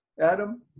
Adam